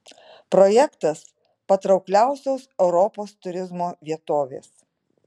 projektas patraukliausios europos turizmo vietovės